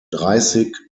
dreißig